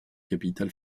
capital